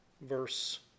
verse